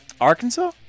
Arkansas